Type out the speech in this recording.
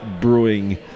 brewing